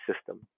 system